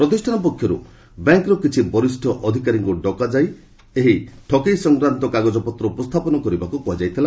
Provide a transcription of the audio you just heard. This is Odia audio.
ପ୍ରତିଷ୍ଠାନ ପକ୍ଷରୁ ବ୍ୟାଙ୍କ୍ର କିଛି ବରିଷ୍ଠ ଅଧିକାରୀଙ୍କୁ ଡକାଯାଇ ଏଇ ଠକେଇ ସଂକ୍ରାନ୍ତ କାଗଜପତ୍ର ଉପସ୍ଥାପନ କରିବାକୁ କୁହାଯାଇଥିଲା